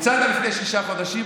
הצעת לפני שישה חודשים,